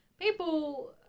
people